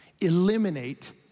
Eliminate